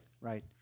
Right